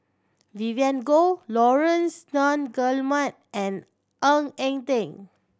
Vivien Goh Laurence Nunns Guillemard and Ng Eng Teng